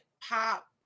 pop